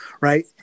right